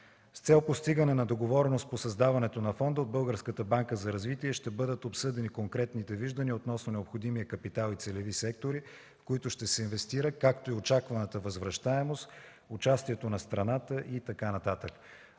С цел постигане на договореност по създаването на фонда от Българската банка за развитие ще бъдат обсъдени конкретните виждания относно необходимия капитал и целеви сектори, в които ще се инвестира, както и очакваната възвръщаемост, участието на страната и така